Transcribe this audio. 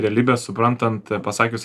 realybę suprantant pasakius